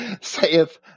saith